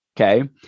okay